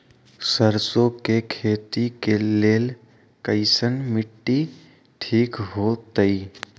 सरसों के खेती के लेल कईसन मिट्टी ठीक हो ताई?